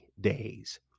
days